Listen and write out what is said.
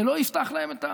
זה לא יפתח להם את,